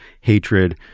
hatred